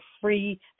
free